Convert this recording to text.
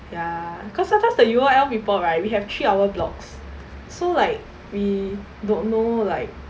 ya cause sometimes the U_O_L people right we have three hour blocks so like we don't know like